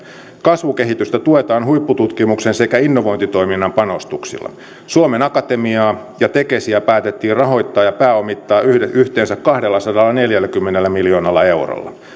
kasvukehitystä tuetaan huippututkimuksen sekä innovointitoiminnan panostuksilla suomen akatemiaa ja tekesiä päätettiin rahoittaa ja pääomittaa yhteensä kahdellasadallaneljälläkymmenellä miljoonalla eurolla